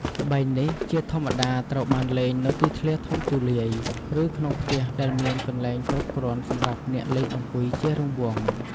ល្បែងនេះជាធម្មតាត្រូវបានលេងនៅទីធ្លាធំទូលាយ ឬក្នុងផ្ទះដែលមានកន្លែងគ្រប់គ្រាន់សម្រាប់អ្នកលេងអង្គុយជារង្វង់។